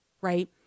right